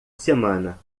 semana